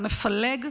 המפלג,